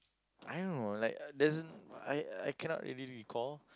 I don't know like as in I I cannot really recall